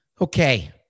Okay